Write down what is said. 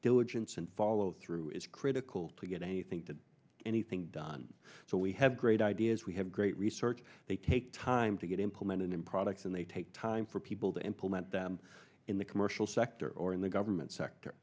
diligence and follow through is critical to get anything to anything done so we have great ideas we have great research they take time to get implemented in products and they take time for p old implement them in the commercial sector or in the government sector